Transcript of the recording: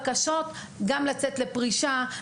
עם בקשה של יציאה לפרישה,